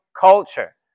culture